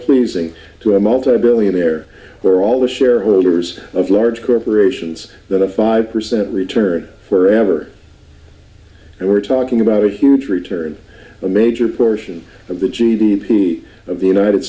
pleasing to a multi billionaire where all the shareholders of large corporations that a five percent return for ever and we're talking about a huge return a major portion of the g d p of the united